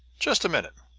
just a minute.